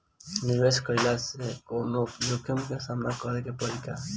निवेश कईला से कौनो जोखिम के सामना करे क परि का?